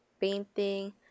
painting